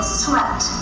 sweat